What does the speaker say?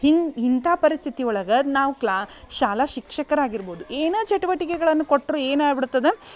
ಹಿಂಗೆ ಇಂಥ ಪರಿಸ್ಥಿತಿ ಒಳಗೆ ನಾವು ಕ್ಲಾ ಶಾಲಾ ಶಿಕ್ಷಕರು ಆಗಿರ್ಬೋದು ಏನೇ ಚಟುವಟಿಕೆಗಳನ್ನು ಕೊಟ್ಟರೂ ಏನಾಗ್ಬಿಡ್ತದೆ